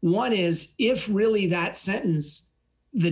one is if really that sentence the